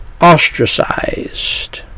ostracized